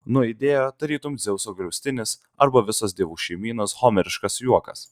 nuaidėjo tarytum dzeuso griaustinis arba visos dievų šeimynos homeriškas juokas